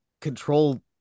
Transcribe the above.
control